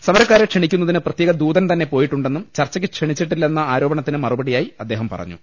സമരക്കാരെ ക്ഷണിക്കുന്നതിന് പ്രത്യേക ദൂതൻ തന്നെ പോയി ട്ടുണ്ടെന്നും ചർച്ചയ്ക്ക് ക്ഷണിച്ചിട്ടില്ലെന്ന ആരോപണത്തിന് മറു പടിയായി അദ്ദേഹം പറഞ്ഞു